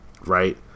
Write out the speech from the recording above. right